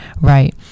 Right